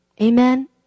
Amen